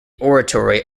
oratory